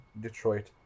Detroit